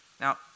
Now